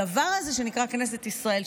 הדבר הזה שנקרא כנסת ישראל,